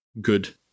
good